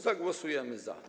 Zagłosujemy za.